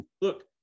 Look